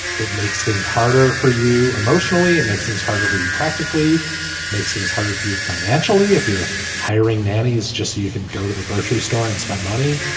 it makes things harder for you emotionally. it makes things harder for you practically makes things harder viewed financially. if you're hiring nannies just so you can go to the grocery store and spend money,